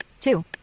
two